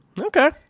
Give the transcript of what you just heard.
Okay